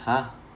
!huh!